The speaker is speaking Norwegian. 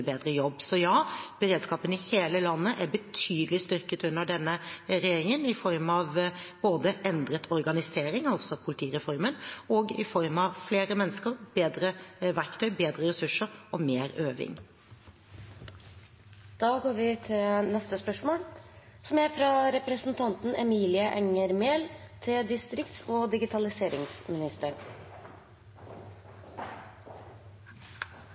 bedre jobb. Så ja, beredskapen i hele landet er betydelig styrket under denne regjeringen, både i form av endret organisering, altså politireformen, og i form av flere mennesker, bedre verktøy, bedre ressurser og mer øving. Dette spørsmålet er trukket tilbake. Dette spørsmålet er trukket tilbake. «Fra 2013 til